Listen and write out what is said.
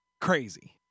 crazy